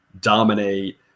dominate